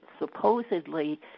supposedly